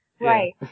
Right